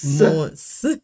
months